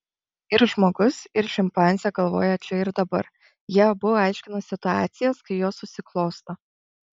ir žmogus ir šimpanzė galvoja čia ir dabar jie abu aiškina situacijas kai jos susiklosto